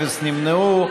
אפס נמנעו.